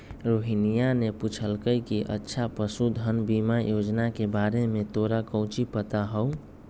रोहिनीया ने पूछल कई कि अच्छा पशुधन बीमा योजना के बारे में तोरा काउची पता हाउ?